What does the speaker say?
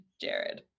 Jared